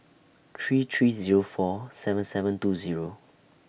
three three Zero four seven seven two Zero